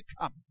come